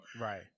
right